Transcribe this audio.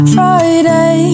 Friday